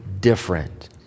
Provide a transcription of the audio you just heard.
different